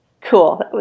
Cool